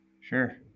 sure